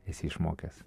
esi išmokęs